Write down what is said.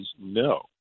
no